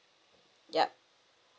yup